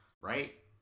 right